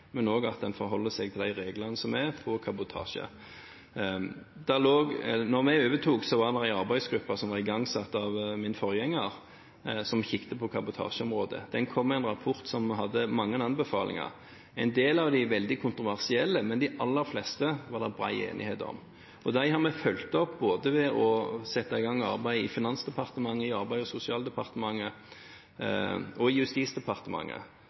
men også om at en forholder seg til de reglene som er for kabotasje. Da vi overtok, var det igangsatt en arbeidsgruppe av min forgjenger som kikket på kabotasjeområdet. Gruppen kom med en rapport som hadde mange anbefalinger. En del av dem er veldig kontroversielle, men de aller fleste er det bred enighet om. Disse har vi fulgt opp, både ved å sette i gang arbeid i Finansdepartementet, i Arbeids- og sosialdepartementet og i Justisdepartementet